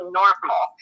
normal